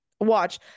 Watch